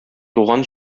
туган